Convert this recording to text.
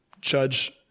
judge